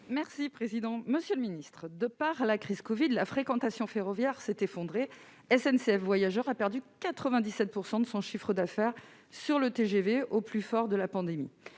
des transports. Monsieur le ministre, du fait de la crise du covid, la fréquentation ferroviaire s'est effondrée. SNCF Voyageurs a perdu 97 % de son chiffre d'affaires sur le TGV au plus fort de la pandémie.